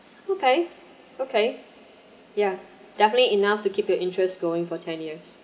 okay okay ya definitely enough to keep your interest going for ten years